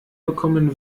bekommen